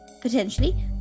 potentially